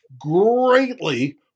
greatly